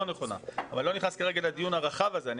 נכונה אבל אני לא נכנס כרגע לדיון הרחב הזה.